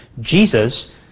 Jesus